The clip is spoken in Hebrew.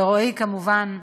ורועי, כמובן,